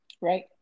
Right